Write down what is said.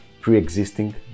pre-existing